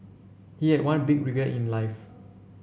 he had one big regret in life